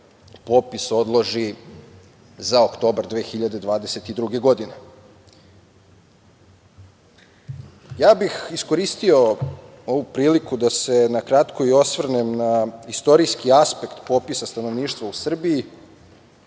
popis odloži za oktobar 2022. godine. Iskoristio bih ovu priliku da se na kratko osvrnem i na istorijski aspekt popisa stanovništva u Srbiji